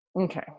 Okay